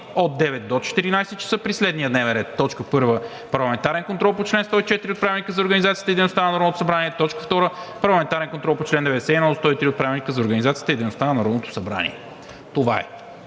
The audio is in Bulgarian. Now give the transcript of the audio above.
от 9,00 до 14,00 ч. при следния дневен ред: „1. Парламентарен контрол по чл. 104 от Правилника за организацията и дейността на Народното събрание. 2. Парламентарен контрол по чл. 91 – 103 от Правилника за организацията и дейността на Народното събрание.“ Това е.